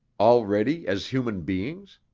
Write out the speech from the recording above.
already as human beings?